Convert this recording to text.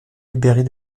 libérée